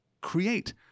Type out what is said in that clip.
create